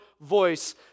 voice